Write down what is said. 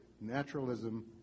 naturalism